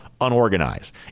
unorganized